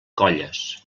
colles